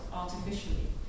artificially